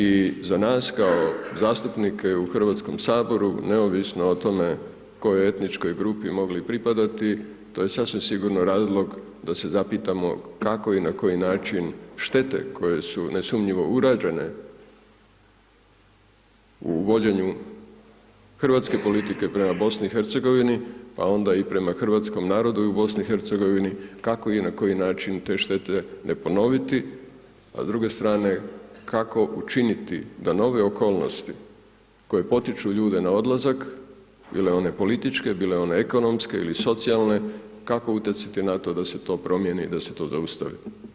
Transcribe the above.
I za nas kao zastupnike u Hrvatskom saboru, neovisno o tome, kojoj etničkoj grupi mogli pripadati, to je sasvim sigurno razlog, da se zapitamo kako i na koji način štete koje su nesumnjivo urađene u vođenju hrvatske politike prema BIH, pa onda i prema hrvatskom narodu u BIH, kako i na koji način te štete ne ponoviti, a s druge strane kako učiniti, da nove okolnosti, koje potiču ljude na odlazak bile one političke bile one ekonomske ili socijalne, kako utjecati na to, da se to promijeni, da se to zaustavi.